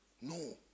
no